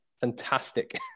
fantastic